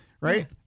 right